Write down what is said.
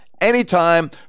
anytime